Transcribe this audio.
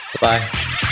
bye